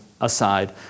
aside